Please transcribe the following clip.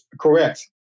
correct